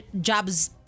Jobs